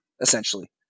Essentially